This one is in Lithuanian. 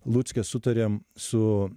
lucke sutarėm su